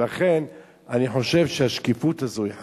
לכן אני חושב שהשקיפות הזאת היא חשובה,